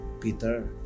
Peter